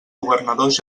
governadors